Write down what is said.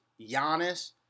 Giannis